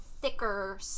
thicker